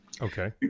Okay